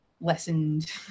lessened